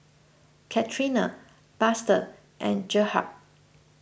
Katrina Buster and Gerhardt